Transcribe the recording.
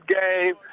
game